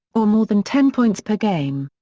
or more than ten points per game.